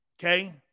Okay